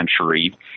century